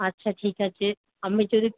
আচ্ছা ঠিক আছে আমি যদি